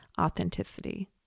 authenticity